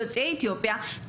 יוצאי אתיופיה,